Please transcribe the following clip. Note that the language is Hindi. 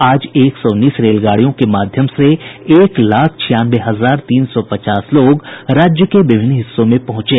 आज एक सौ उन्नीस रेलगाड़ियों के माध्यम से एक लाख छियानवे हजार तीन सौ पचास लोग राज्य के विभिन्न हिस्सों में पहुंचे